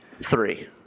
three